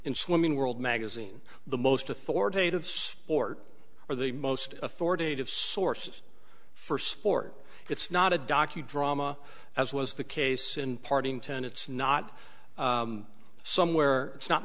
in slimming world magazine the most authoritative sport or the most authoritative sources for sport it's not a docu drama as was the case in partington it's not somewhere